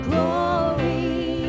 Glory